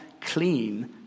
clean